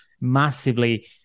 massively